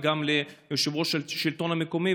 וגם ליושב-ראש השלטון המקומי,